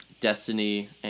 Destiny